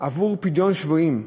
עבור פדיון שבויים,